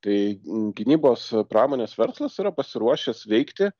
tai gynybos pramonės verslas yra pasiruošęs veikti